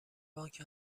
بانک